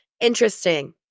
interesting